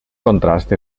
contrast